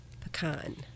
pecan